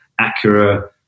Acura